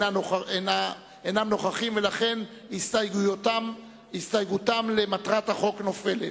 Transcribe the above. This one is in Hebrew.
אינם נוכחים ולכן הסתייגותם למטרת החוק נופלת.